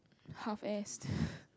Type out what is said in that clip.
half ass